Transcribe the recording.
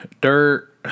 dirt